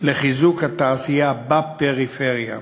בחיזוק התעשייה בפריפריה.